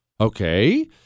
Okay